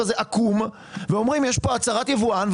הזה עקום ואומרים: יש פה הצהרת יבואן,